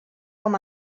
com